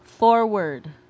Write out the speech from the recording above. forward